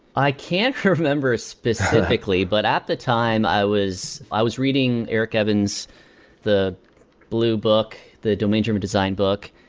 i can't remember specifically, but at the time, i was i was reading eric evans' the blue book, the domain-driven design book,